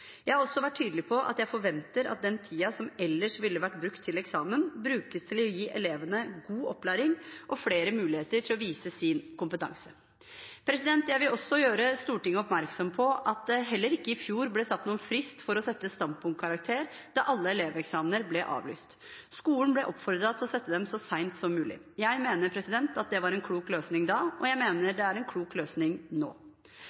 Jeg har også vært tydelig på at jeg forventer at den tiden som ellers ville vært brukt til eksamen, brukes til å gi elevene god opplæring og flere muligheter til å vise sin kompetanse. Jeg vil også gjøre Stortinget oppmerksom på at det heller ikke i fjor ble satt noen frist for å sette standpunktkarakter da alle eleveksamener ble avlyst. Skolene ble oppfordret til å sette dem så sent som mulig. Jeg mener det var en klok løsning da, og jeg mener det er en klok løsning nå.